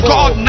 God